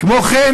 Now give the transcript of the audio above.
"כמו כן,